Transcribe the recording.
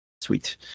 Sweet